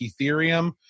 Ethereum